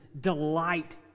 delight